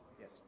Yes